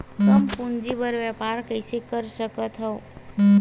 कम पूंजी म व्यापार कइसे कर सकत हव?